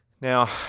Now